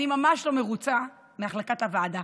אני ממש לא מרוצה מהחלטת הוועדה,